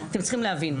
אתם צריכים להבין.